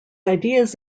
ideas